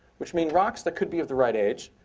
which mean rocks that could be of the right age,